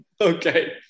okay